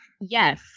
yes